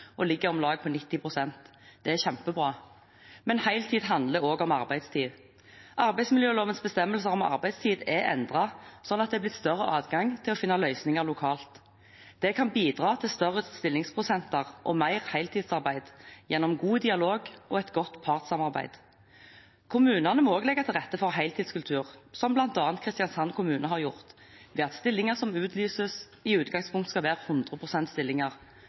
og ligger på om lag 90 pst. Det er kjempebra. Men heltid handler også om arbeidstid. Arbeidsmiljølovens bestemmelser om arbeidstid er endret slik at det er blitt større adgang til å finne løsninger lokalt. Det kan bidra til større stillingsprosenter og mer heltidsarbeid, gjennom god dialog og godt partssamarbeid. Kommunene må også legge til rette for en heltidskultur, slik bl.a. Kristiansand kommune har gjort ved at stillinger som utlyses, i utgangspunktet skal være